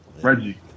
Reggie